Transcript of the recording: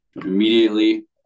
immediately